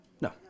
No